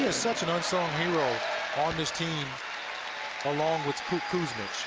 ah such an unsung hero on this team along with kuzmic.